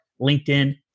LinkedIn